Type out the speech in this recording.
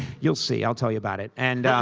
you'll see. i'll tell you about it and